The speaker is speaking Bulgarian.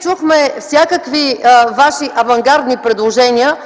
Чухме всякакви ваши авангардни предложения